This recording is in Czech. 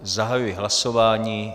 Zahajuji hlasování.